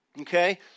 Okay